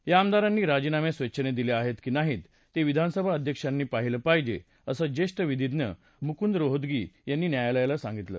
या आमदारांनी राजीनामे स्वेच्छेने दिले आहेत की नाहीत ते विधानसभा अध्यक्षांनी पाहिलं पाहिजे असं ज्येष्ठ विधीज्ञ मुकुंद रोहतगी यांनी न्यायालयाला सांगितलं